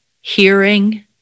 hearing